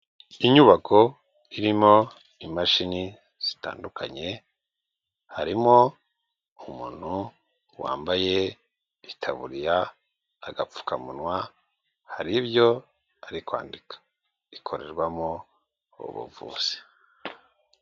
Inyubako irimo imashini zitandukanye harimo umuntu wambaye itaburiya, agapfukamunwa, hari ibyo ari kwandika ikorerwamo ubuvuzi.